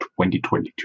2022